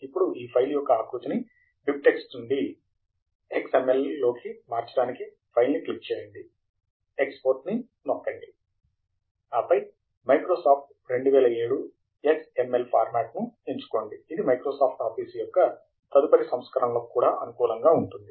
ఇప్పుడు ఈ ఫైల్ యొక్క ఆకృతిని బిబ్ టెక్స్ట్ నుండి ఎక్స్ ఎం ఎల్ కి మార్చటానికి ఫైల్ ని క్లిక్ చేయండి ఎక్స్పోర్ట్ ని నొక్కండి ఆపై Microsoft 2007 X M L format ను ఎంచుకోండి ఇది మైక్రోసాఫ్ట్ ఆఫీస్ యొక్క తదుపరి సంస్కరణలకు కూడా అనుకూలంగా ఉంటుంది